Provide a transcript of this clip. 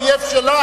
אני אויב שלה,